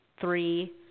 three